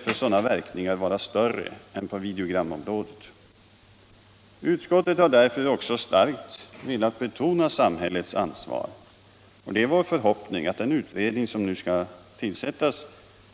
för sådana verkningar vara större än på videogramområdet. Utskottet har därför starkt velat betona samhällets ansvar. Det är vår förhoppning att den utredning som nu skall tillsättas